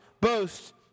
boast